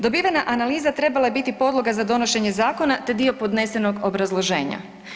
Dobivena analiza trebala je biti podloga za donošenje zakona te dio podnesenog obrazloženja.